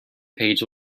page